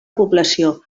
població